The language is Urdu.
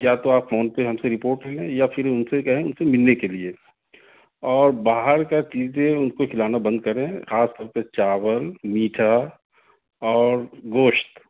یا تو آپ فون پہ ہم سے رپورٹ لے لیں یا پھر اُن سے کہیں مجھ سے مِلنے کے لیے اور باہر کا چیزیں اُن کو کِھلانا بند کریں خاص طور پہ چاول میٹھا اور گوشت